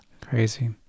Crazy